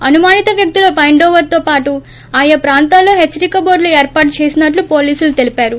అనుమానిత వ్యక్తుల బైండోవర్తో పాటు ఆయా ప్రాంతాల్లో పాచ్సరికటోర్లు ఏర్పాటు చేసినట్లు పోలీసులు తెలిపారు